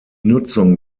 nutzung